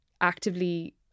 actively